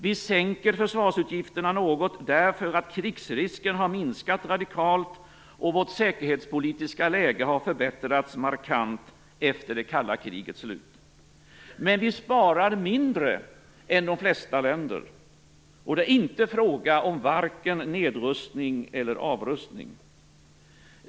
Vi sänker försvarsutgifterna något därför att krigsrisken har minskat radikalt och vårt säkerhetspolitiska läge har förbättrats markant efter det kalla krigets slut. Men vi sparar mindre än de flesta länder. Det är inte fråga om vare sig nedrustning eller avrustning.